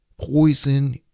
poison